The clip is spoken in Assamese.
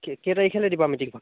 কে কে তাৰিখলৈ দিবা মিটিংখন